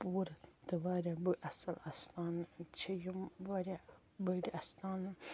پوٗرٕ تہٕ واریاہ بٔڑۍ اَصٕل اَستان چھِ یِم واریاہ بٕڈۍ اَستان